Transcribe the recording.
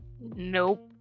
Nope